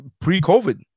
pre-COVID